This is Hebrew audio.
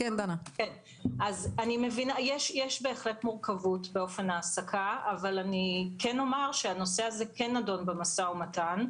יש בהחלט מורכבות באופן ההעסקה אבל כן אומר שהנושא הזה נדון במשא ומתן.